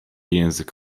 język